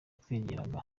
tukaganira